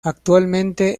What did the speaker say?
actualmente